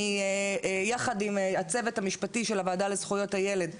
אני יחד עם הצוות המשפטי של הוועדה לזכויות הילד בנינו,